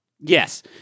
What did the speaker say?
Yes